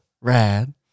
Rad